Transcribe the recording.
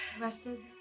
Rested